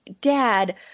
dad